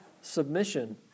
submission